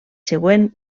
següent